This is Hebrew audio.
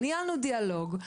ניהלנו דיאלוג.